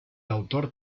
autor